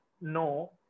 no